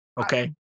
Okay